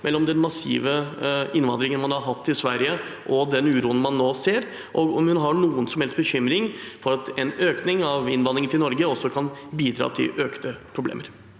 mellom den massive innvandringen man har hatt i Sverige, og den uroen man nå ser, og om hun har noen som helst bekymring for at en økning av innvandringen til Norge også kan bidra til økte problemer.